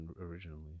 originally